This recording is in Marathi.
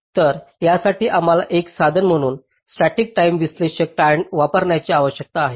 तर यासाठी आम्हाला एक साधन म्हणून स्टॅटिक टाईम विश्लेषक वापरण्याची आवश्यकता आहे